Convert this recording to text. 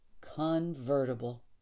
convertible